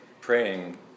praying